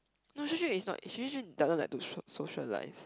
no Xuan-Xuan is not Xuan-Xuan doesn't like to so~ socialize